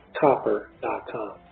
copper.com